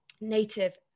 Native